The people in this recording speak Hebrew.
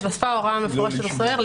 התווספה הוראה מפורשת לסוהר.